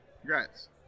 Congrats